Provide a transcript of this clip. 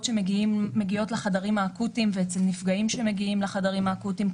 ונפגעים שמגיעות ושמגיעים לחדרים האקוטיים,